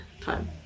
time